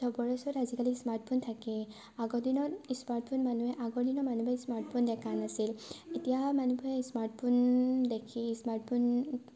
চবৰে ওচৰত আজিকালি স্মাৰ্টফোন থাকেই আগৰ দিনত স্মাৰ্টফোন মানুহে আগৰ দিনৰ মানুহেবোৰে স্মাৰ্টফোন দেখা নাছিল এতিয়া মানুহবোৰে স্মাৰ্টফোন দেখি স্মাৰ্টফোন